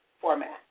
format